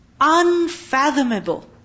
Unfathomable